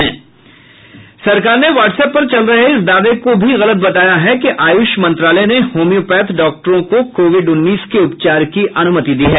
केन्द्र सरकार ने व्हाट्सऐप पर चल रहे इस दावे का गलत बताया है कि आयुष मंत्रालय ने होम्योपैथ डॉक्टरों को कोविड उन्नीस के उपचार की अनुमति दी है